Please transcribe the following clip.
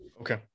Okay